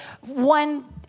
one